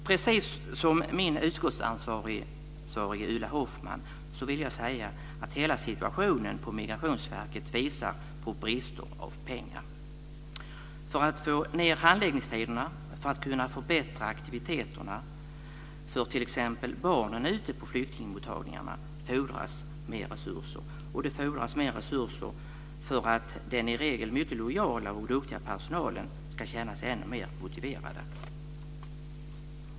Precis som min utskottsansvariga, Ulla Hoffmann, vill jag säga att hela situationen på Migrationsverket visar på brist på pengar. För att få ned handläggningstiderna och för att kunna förbättra aktiviteterna för t.ex. barnen ute på flyktingmottagningarna fordras mer resurser. Det fordras också mer resurser för att den i regel mycket lojala och duktiga personalen ska känna sig ännu mer motiverad.